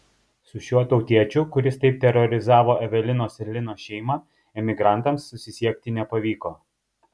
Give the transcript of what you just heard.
su šiuo tautiečiu kuris taip terorizavo evelinos ir lino šeimą emigrantams susisiekti nepavyko